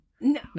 no